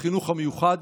לחינוך המיוחד.